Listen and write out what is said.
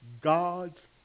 God's